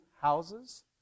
houses